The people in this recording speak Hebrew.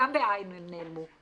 וגם בע' הם נעלמו.